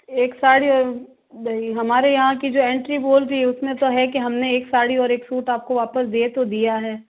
एक साड़ी है हमारे यहाँ की जो एंट्री बोल रही उसमें तो है कि हमने एक साड़ी और एक सूट आपको वापस दे तो दिया है